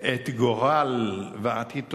גורל ועתיד תושביה,